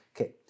Okay